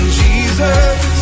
jesus